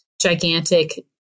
gigantic